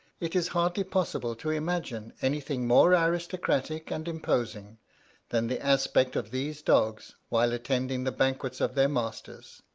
it is hardly possible to imagine anything more aristocratic and imposing than the aspect of these dogs, while attending the banquets of their masters.